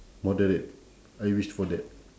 moderate I wish for that